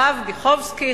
הרב דיכובסקי,